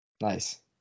nice